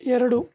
ಎರಡು